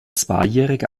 zweijährige